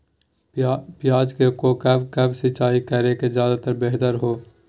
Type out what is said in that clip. प्याज को कब कब सिंचाई करे कि ज्यादा व्यहतर हहो?